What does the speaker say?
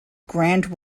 grand